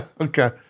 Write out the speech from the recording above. okay